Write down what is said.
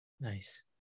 Nice